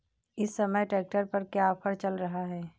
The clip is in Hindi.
इस समय ट्रैक्टर पर क्या ऑफर चल रहा है?